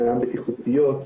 גם בטיחותיות,